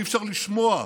אי-אפשר לשמוע.